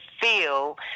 feel